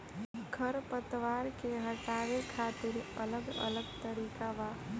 खर पतवार के हटावे खातिर अलग अलग तरीका बा